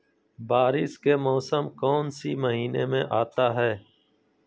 बारिस के मौसम कौन सी महीने में आता है?